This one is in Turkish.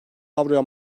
avroya